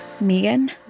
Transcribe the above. Megan